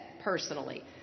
personally